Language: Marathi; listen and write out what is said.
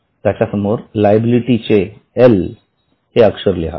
त्याच्या समोर लायबिलिटी चे एल लिहा